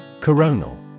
Coronal